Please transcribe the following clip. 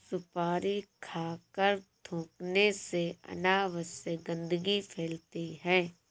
सुपारी खाकर थूखने से अनावश्यक गंदगी फैलती है